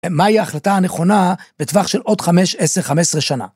מהי ההחלטה הנכונה בטווח של עוד חמש, עשר, חמש עשרה שנה.